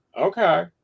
Okay